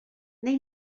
neu